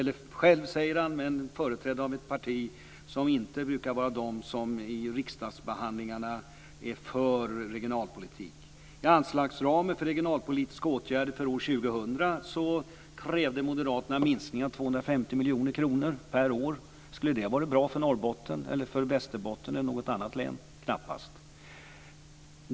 Men han företräder ett parti som inte brukar det som i riksdagsbehandlingarna är för regionalpolitik. Moderaterna krävde för år 2000 en minskning i anslagsramen för regionalpolitiska åtgärder med 250 miljoner kronor per år. Skulle det ha varit bra för Norrbotten, för Västerbotten eller för något annat län? Knappast.